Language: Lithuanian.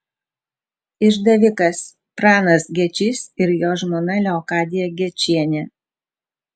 išdavikas pranas gečys ir jo žmona leokadija gečienė